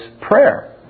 prayer